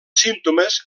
símptomes